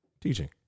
teaching